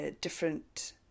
different